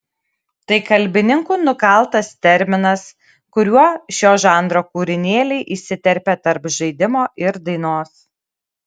tai kalbininkų nukaltas terminas kuriuo šio žanro kūrinėliai įsiterpia tarp žaidimo ir dainos